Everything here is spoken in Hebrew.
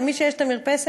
מי שיש לו מרפסת,